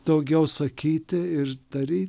daugiau sakyti ir daryt